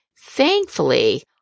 Thankfully